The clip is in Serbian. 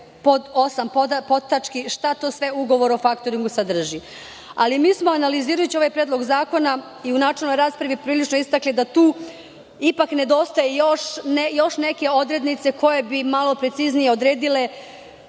8. podtački šta to sve ugovor o faktoringu sadrži, ali analizirajući ovaj predlog zakona i u načelnoj raspravi prilično istakli da tu ipak nedostaju još neke odrednice koje bi malo preciznije odredile